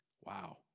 wow